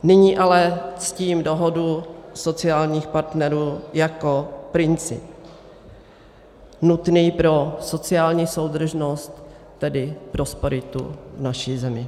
Nyní ale ctím dohodu sociálních partnerů jako princip nutný pro sociální soudržnost, tedy prosperitu v naší zemi.